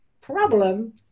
problem